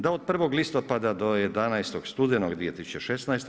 Da od 1. listopada do 11. studenog 2016.